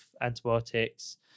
antibiotics